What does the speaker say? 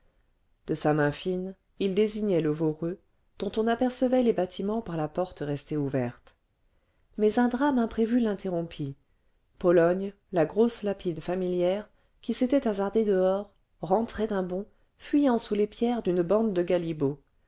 de sa main fine il désignait le voreux dont on apercevait les bâtiments par la porte restée ouverte mais un drame imprévu l'interrompit pologne la grosse lapine familière qui s'était hasardée dehors rentrait d'un bond fuyant sous les pierres d'une bande de galibots